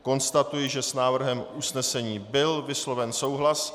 Konstatuji, že s návrhem usnesení byl vysloven souhlas.